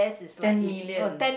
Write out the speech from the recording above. ten million